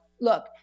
look